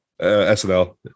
SNL